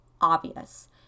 obvious